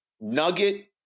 Nugget